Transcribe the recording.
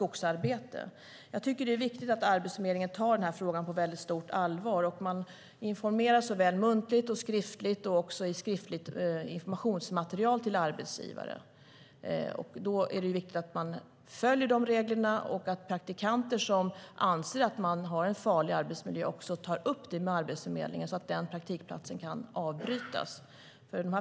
Det är viktigt att Arbetsförmedlingen tar denna fråga på stort allvar. Man informerar såväl muntligt som skriftligt, även i skriftligt informationsmaterial till arbetsgivaren. Då är det viktigt att man följer reglerna och att praktikanter som anser att de har en farlig arbetsmiljö tar upp det med Arbetsförmedlingen, så att praktikplatsen kan avbrytas.